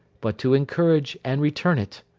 but to encourage and return it